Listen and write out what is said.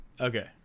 Okay